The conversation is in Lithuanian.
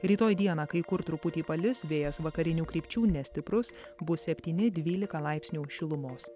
rytoj dieną kai kur truputį palis vėjas vakarinių krypčių nestiprus bus septyni dvylika laipsnių šilumos